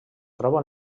troba